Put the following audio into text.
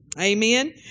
Amen